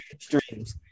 streams